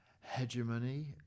hegemony